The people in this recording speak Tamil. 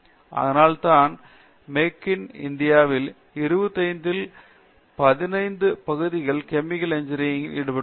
அதனால்தான் மேக் இன் இந்தியாவில் 25 இடங்களில் 15 பகுதிகள் கெமிக்கல் இன்ஜினியரிங் ல் ஈடுபட்டுள்ளன